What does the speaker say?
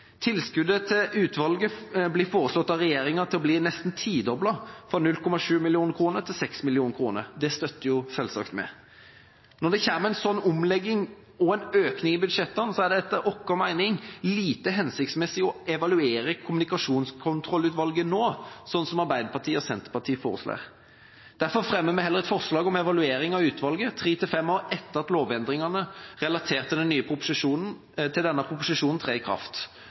Tilskuddet til utvalget blir foreslått av regjeringa å bli nesten tidoblet, fra 0,7 mill. kr til 6 mill. kr. Det støtter vi selvsagt. Når det kommer en slik omlegging og en økning i budsjettene, er det etter vår mening lite hensiktsmessig å evaluere Kommunikasjonskontrollutvalget nå, som Arbeiderpartiet og Senterpartiet foreslår. Derfor fremmer vi heller et forslag om evaluering av utvalget tre til fem år etter at lovendringene relatert til denne proposisjonen trer i kraft.